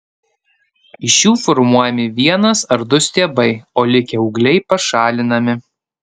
iš jų formuojami vienas ar du stiebai o likę ūgliai pašalinami